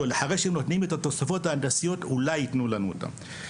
אחרי שנותנים את התוספות ההנדסיות אולי יתנו לנו את הכסף הזה.